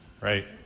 right